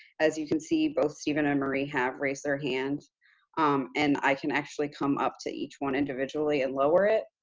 as you can see, both steven and marie have raised their hand and i can actually come up to each one individually and lower it.